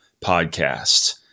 podcast